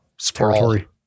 territory